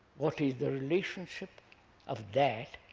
what is the relationship of that